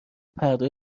پرده